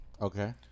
Okay